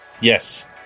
Yes